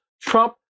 Trump